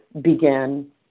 begin